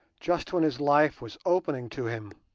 just when his life was opening to him.